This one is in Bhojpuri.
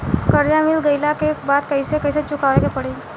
कर्जा मिल गईला के बाद कैसे कैसे चुकावे के पड़ी?